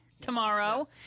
tomorrow